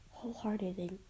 wholeheartedly